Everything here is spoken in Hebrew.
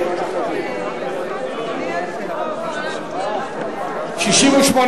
סיעת רע"ם-תע"ל אחרי שם החוק לא נתקבלה.